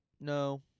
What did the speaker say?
No